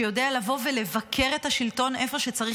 שיודע לבוא ולבקר את השלטון איפה שצריך.